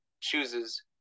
chooses